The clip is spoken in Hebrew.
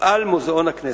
יופעל מוזיאון הכנסת.